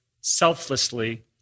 selflessly